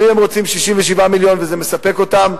אבל אם הם רוצים 67 מיליון וזה מספק אותם,